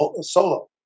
Solo